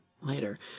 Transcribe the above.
later